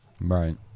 Right